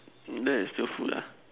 that is still food ah